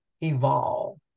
evolve